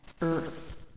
Earth